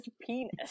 penis